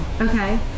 Okay